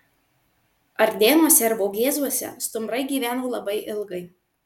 ardėnuose ir vogėzuose stumbrai gyveno labai ilgai